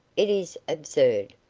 it is absurd.